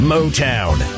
Motown